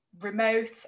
remote